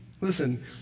listen